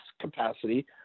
capacity